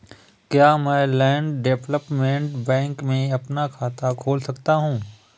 क्या मैं land development bank में अपना खाता खोल सकता हूँ?